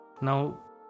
Now